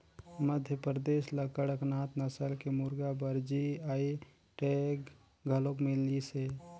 मध्यपरदेस ल कड़कनाथ नसल के मुरगा बर जी.आई टैग घलोक मिलिसे